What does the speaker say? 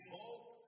hope